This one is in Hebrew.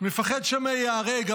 מפחד שמא ייהרג.